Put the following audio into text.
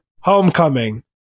Homecoming